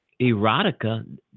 erotica